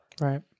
Right